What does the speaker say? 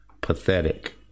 Pathetic